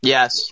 Yes